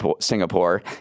Singapore